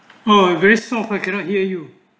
oh very soft i cannot hear you